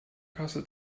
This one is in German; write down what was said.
kasse